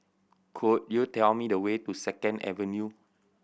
could you tell me the way to Second Avenue